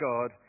God